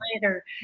later